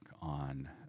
on